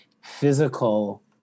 physical